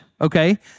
okay